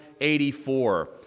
84